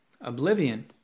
oblivion